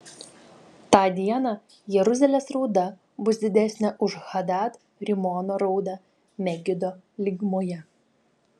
tą dieną jeruzalės rauda bus didesnė už hadad rimono raudą megido lygumoje